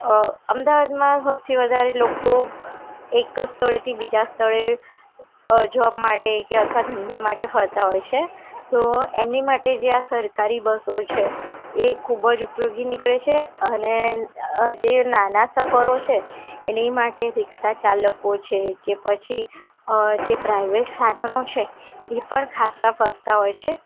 અ અમદાવાદમાં સૌથી વધારે લોકો એક જ સ્થળેથી બીજા સ્થળે જોબ માટે કે અથવા ધંધા માટે ફરતાં હોય છે તો એમને માટે જે આ સરકારી બસો છે એ ખૂબ જ ઉપયોગી નીકળે છે અને જે નાના સફરો છે એની માટે રીક્ષા ચાલકો છે કે પછી જે પ્રાઇવેટ સાધનો છે એ પણ ખાસા ફરતા હોય છે